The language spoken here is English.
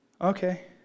Okay